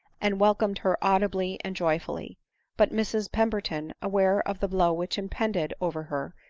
and welcomed her audibly and joyfully but mrs pemberton, aware of the blow which impended over her,